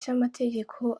cy’amategeko